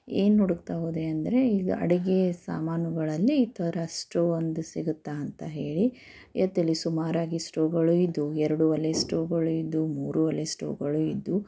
ಏನು ಹುಡ್ಕ್ತಾ ಹೋದೆ ಅಂದರೆ ಈಗ ಅಡುಗೆ ಸಾಮಾನುಗಳಲ್ಲಿ ಈ ಥರ ಸ್ಟೋವ್ ಒಂದು ಸಿಗುತ್ತಾ ಅಂತ ಹೇಳಿ ಇತ್ತಿಲ್ಲಿ ಸುಮಾರಾಗಿ ಸ್ಟೋವ್ಗಳು ಇದ್ದವು ಎರಡು ಒಲೆ ಸ್ಟೋವ್ಗಳೂ ಇದ್ದವು ಮೂರು ಒಲೆ ಸ್ಟೋವ್ಗಳೂ ಇದ್ದವು